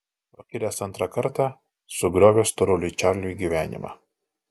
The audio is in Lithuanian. pakilęs antrą kartą sugriovė storuliui čarliui gyvenimą